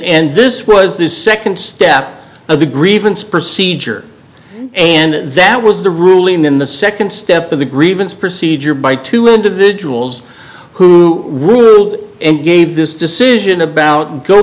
and this was the second step of the grievance procedure and that was the ruling in the second step of the grievance procedure by two individuals who ruled and gave this decision about go